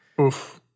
Oof